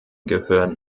gehören